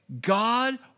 God